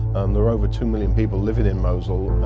there were over two million people living in mosul.